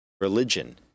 religion